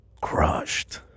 crushed